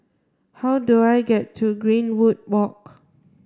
how do I get to Greenwood Walk